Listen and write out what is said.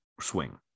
swing